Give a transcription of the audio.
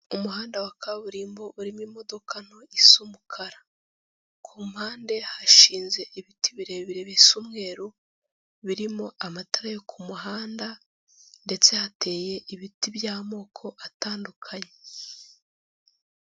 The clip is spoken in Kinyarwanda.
Umuhanda wa kaburimbo urimo imodoka nto isa umukara, ku mpande hashinze ibiti birebire bisa umweru birimo amatara yo ku muhanda ndetse hateye ibiti by'amoko atandukanye.